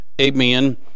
amen